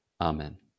Amen